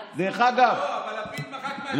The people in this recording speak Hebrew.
לא, אבל לפיד מחק מהטוויטר.